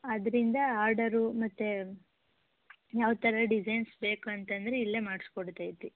ಆದ್ದರಿಂದ ಆರ್ಡರು ಮತ್ತು ಯಾವ ಥರ ಡಿಸೈನ್ಸ್ ಬೇಕಂತಂದರೆ ಇಲ್ಲೇ ಮಾಡ್ಸಿ ಕೊಡ್ತಾ ಇದ್ವಿ